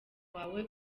wawe